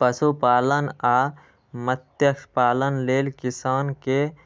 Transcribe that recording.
पशुपालन आ मत्स्यपालन लेल किसान कें